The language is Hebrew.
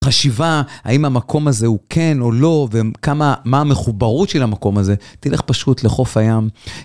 חשיבה האם המקום הזה הוא כן או לא וכמה.. מה המחוברות של המקום הזה. תלך פשוט לחוף הים.